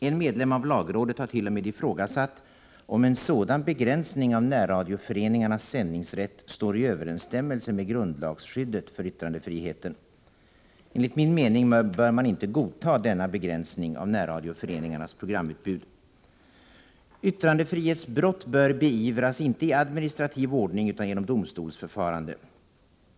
En medlem av lagrådet har t.o.m. ifrågasatt om en sådan begränsning av närradioföreningarnas sändningsrätt står i överensstämmelse med grundlagsskyddet för yttrandefriheten. Enligt min mening bör man inte godta denna begränsning av närradioföreningarnas programutbud. Yttrandefrihetsbrott bör beivras inte i administrativ ordning utan genom domstolsförfarande.